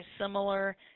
similar